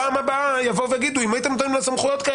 פעם הבאה יבואו ויגידו, אם הייתם מחוקקים ---.